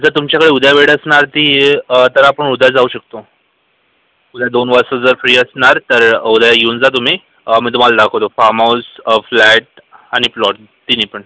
जर तुमच्याकडे उद्या वेळ असणार ती तर आपण उद्या जाऊ शकतो उद्या दोन वाजता जर फ्री असणार तर उद्या येऊन जा तुम्ही मी तुम्हाला दाखवतो फार्म हाऊस फ्लॅट आणि प्लॉट तिन्ही पण